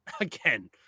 again